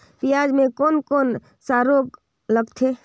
पियाज मे कोन कोन सा रोग लगथे?